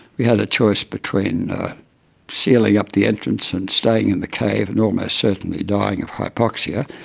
we had a choice between sealing up the entrance and staying in the cave and almost certainly dying of hypoxia,